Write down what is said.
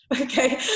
Okay